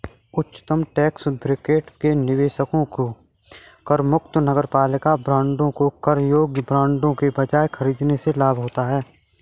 उच्चतम tax bracket में निवेशकों को करमुक्त नगरपालिका बांडों को कर योग्य बांडों के बजाय खरीदने से लाभ होता है